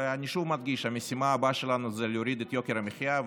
ואני שוב מדגיש: המשימה הבאה שלנו זה להוריד את יוקר המחיה,